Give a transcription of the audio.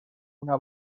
una